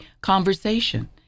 conversation